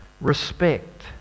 respect